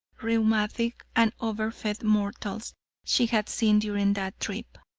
rheumatic and over-fed mortals she had seen during that trip.